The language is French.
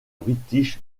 british